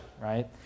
right